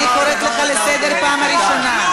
אני קוראת אותך לסדר בפעם הראשונה.